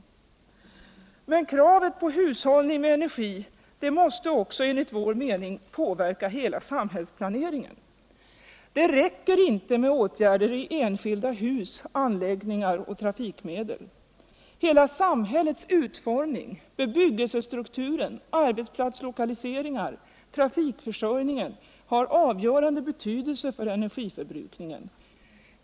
Men kravet på hushållning med energi måste också enligt vår mening påverka hela samhällsplaneringen. Det räcker inte med åtgärder i enskilda hus. anläggningar och trafik medel. Hela samhällets utformning, bebyggelsestrukturerna. arbeisplatslokaliseringarna och trafikförsörjningen har avgörande betydelse för energiförbrukningen.